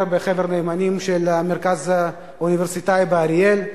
בחבר הנאמנים של המרכז האוניברסיטאי באריאל.